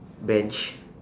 bench